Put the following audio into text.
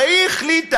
הרי היא החליטה,